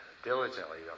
Diligently